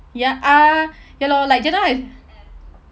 ya uh ya lor like just now I